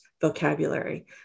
vocabulary